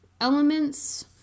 elements